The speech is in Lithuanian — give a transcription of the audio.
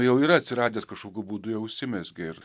jau yra atsiradęs kažkokiu būdu jau užsimezgė ir